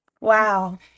Wow